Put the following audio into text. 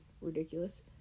ridiculous